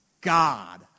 God